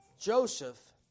Joseph